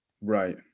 Right